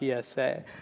PSA